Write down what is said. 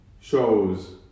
shows